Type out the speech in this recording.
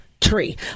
tree